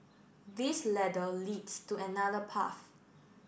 this ladder leads to another path